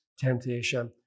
temptation